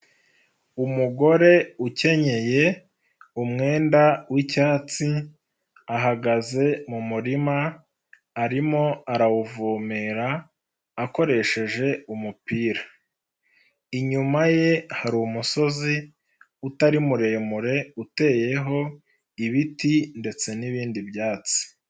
Umugore ukenyeye umwenda w'icyatsi, ahagaze mu murima arimo arawuvomera, akoresheje umupira. Inyuma ye hari umusozi utari muremure, uteyeho ibiti ndetse n'ibindi byatsi.